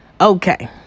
Okay